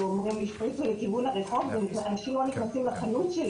שאומרים שהשפריצו לכיוון הרחוב ואנשים לא נכנסים לחנות,